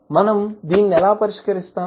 మనం దీనిని ఎలా పరిష్కరిస్తాము